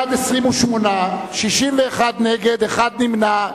בעד, 28, 61 נגד, אחד נמנע.